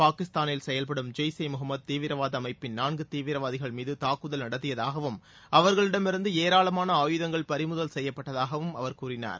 பாகிஸ்தாளில் செயல்படும் ஜெய்ஷ் இ முகம்மது தீவிரவாத அமைப்பின் நான்கு தீவிரவாதிகள் மீது துக்குதல் நடத்தியதாகவும் அவர்களிடமிருந்து ஏராளமான ஆயுதங்கள் பறிமுதல் செய்யப்பட்டதாகவும் அவர் கூறினார்